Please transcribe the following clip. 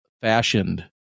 fashioned